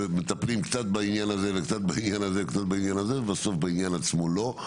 ומטפלים קצת בעניין הזה קצת בעניין הזה ובסוף בעניין עצמו לא.